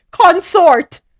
Consort